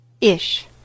Ish